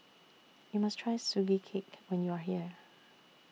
YOU must Try Sugee Cake when YOU Are here